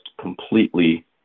completely